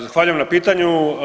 Zahvaljujem na pitanju.